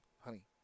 honey